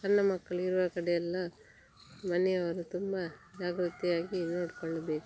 ಸಣ್ಣ ಮಕ್ಕಳು ಇರುವ ಕಡೆಯೆಲ್ಲ ಮನೆಯವರು ತುಂಬ ಜಾಗ್ರತೆಯಾಗಿ ನೋಡಿಕೊಳ್ಬೇಕು